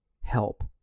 help